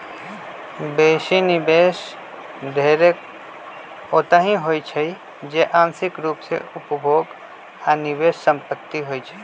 बेशी निवेश ढेरेक ओतहि होइ छइ जे आंशिक रूप से उपभोग आऽ निवेश संपत्ति होइ छइ